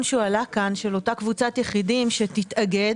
שהועלה כאן של אותה קבוצת יחידים שתתאגד,